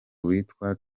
witwa